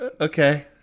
okay